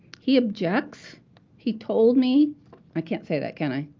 he objects he told me i can't say that, can i?